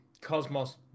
cosmos